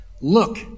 Look